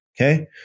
okay